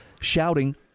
shouting